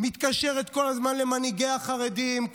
מתקשרת כל הזמן למנהיגי החרדים,